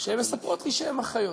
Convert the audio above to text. והן מספרות לי שהן אחיות.